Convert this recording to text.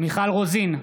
מיכל רוזין,